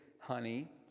honey